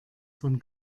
von